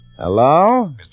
Hello